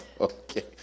okay